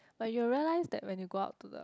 like you will realise that when you go out to the